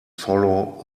follow